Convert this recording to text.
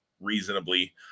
reasonably